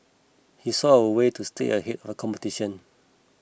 he saw a way to stay ahead of competition